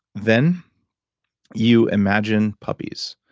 then you imagine puppies.